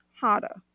harder